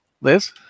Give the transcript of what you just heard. Liz